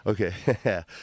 Okay